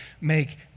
make